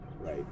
right